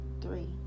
three